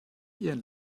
ihren